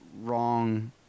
wrong